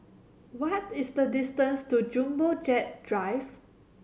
what is the distance to Jumbo Jet Drive